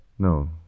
No